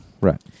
Right